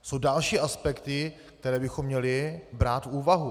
Jsou další aspekty, které bychom měli brát v úvahu.